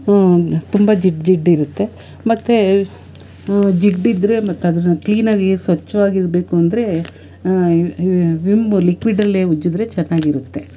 ತುಂಬ ಜಿಡ್ಡು ಜಿಡ್ಡಿರುತ್ತೆ ಮತ್ತೇ ಜಿಡ್ಡಿದ್ರೆ ಮತ್ತೆ ಅದನ್ನು ಕ್ಲೀನಾಗಿ ಸ್ವಚ್ವಾಗಿರ್ಬೇಕು ಅಂದರೆ ವಿಮ್ಮು ಲಿಕ್ವಿಡಲ್ಲೇ ಉಜ್ಜಿದ್ರೆ ಚೆನ್ನಾಗಿರುತ್ತೆ